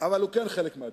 אבל הוא כן חלק מהדיון.